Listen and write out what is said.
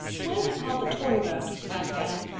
why is it called the tory road? asked anne.